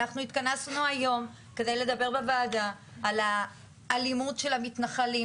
אנחנו התכנסנו היום כדי לדבר בוועדה על האלימות של המתנחלים